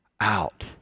out